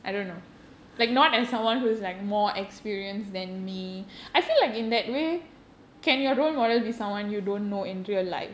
I don't know